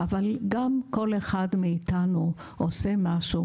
אבל גם כל אחד מאיתנו עושה משהו,